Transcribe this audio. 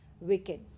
wicked